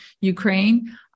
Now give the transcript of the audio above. Ukraine